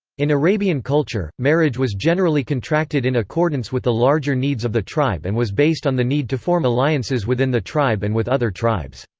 in arabian culture, marriage was generally contracted in accordance with the larger needs of the tribe and was based on the need to form alliances within the tribe and with other tribes.